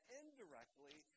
indirectly